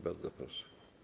Bardzo proszę.